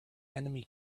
enemy